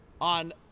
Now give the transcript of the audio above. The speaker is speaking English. on